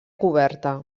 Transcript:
coberta